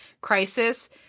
Crisis